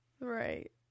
Right